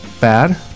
bad